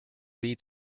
lee